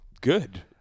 good